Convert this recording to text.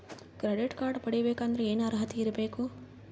Credit card ಪಡಿಬೇಕಂದರ ಏನ ಅರ್ಹತಿ ಇರಬೇಕು?